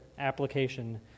application